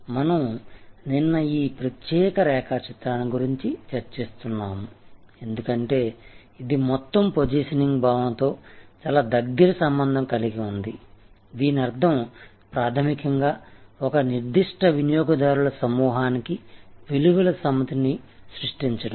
మనం నిన్న ఈ ప్రత్యేక రేఖాచిత్రాన్ని గురించి చర్చిస్తున్నాము ఎందుకంటే ఇది మొత్తం పొజిషనింగ్ భావనతో చాలా దగ్గరి సంబంధం కలిగి ఉంది దీని అర్థం ప్రాథమికంగా ఒక నిర్దిష్ట వినియోగదారుల సమూహానికి విలువల సమితిని సృష్టించడం